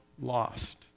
lost